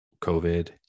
COVID